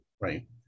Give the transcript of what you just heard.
Right